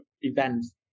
events